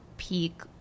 peak